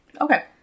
Okay